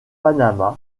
panamá